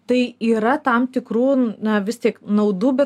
tai yra tam tikrų na vis tik naudų be